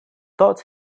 thought